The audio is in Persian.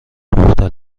مختلفی